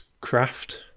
craft